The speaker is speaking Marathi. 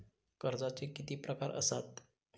कर्जाचे किती प्रकार असात?